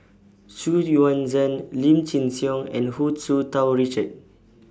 Xu Yuan Zhen Lim Chin Siong and Hu Tsu Tau Richard